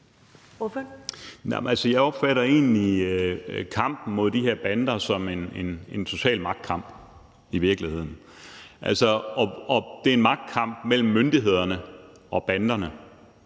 egentlig kampen mod de her bander som en total magtkamp i virkeligheden. Altså, det er en magtkamp mellem myndighederne og banderne,